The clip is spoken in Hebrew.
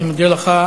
אני מודה לך.